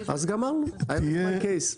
אז גמרנו, I rest my case.